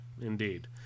indeed